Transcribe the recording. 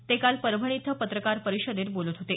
ते काल परभणी इथं पत्रकार परिषदेत बोलत होते